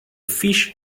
fish